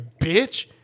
bitch